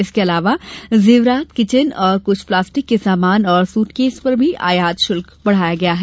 इसके अलावा ज़ेवरात किचन और कुछ प्लास्टिक के सामान और सूटकेस पर भी आयात शुल्क बढ़ाया गया है